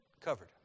covered